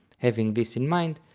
having this in mind,